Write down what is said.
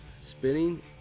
spinning